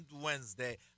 Wednesday